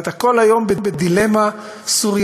ואתה כל היום בדילמה סוריאליסטית,